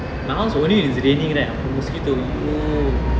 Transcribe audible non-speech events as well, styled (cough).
now only if it's raining right அப்ப:appe mosquito (noise)